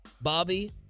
Bobby